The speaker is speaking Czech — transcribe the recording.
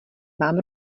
vám